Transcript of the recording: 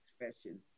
expression